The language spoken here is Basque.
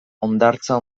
hondartza